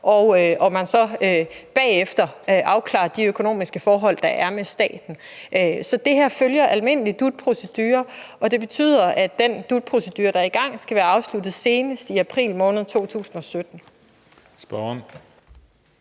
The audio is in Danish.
og at de så bagefter afklarer de økonomiske forhold, der er med staten. Så det her følger almindelig DUT-procedure, og det betyder, at den DUT- procedure, der er i gang, skal være afsluttet senest i april måned 2017.